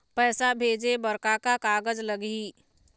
पैसा भेजे बर का का कागज लगही?